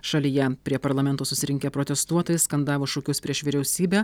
šalyje prie parlamento susirinkę protestuotojai skandavo šūkius prieš vyriausybę